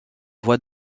voie